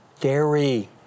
dairy